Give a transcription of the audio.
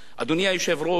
אדוני היושב-ראש,